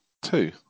Two